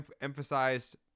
emphasized